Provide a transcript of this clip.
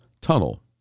Tunnel